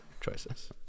choices